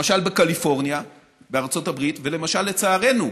למשל בקליפורניה שבארצות הברית, ולמשל, לצערנו,